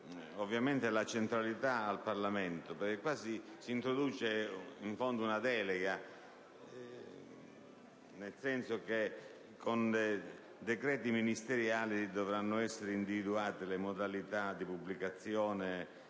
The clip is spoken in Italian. materia, la centralità al Parlamento perché, in fondo, si introduce una delega, nel senso che con decreti ministeriali dovranno essere individuate le modalità di pubblicazione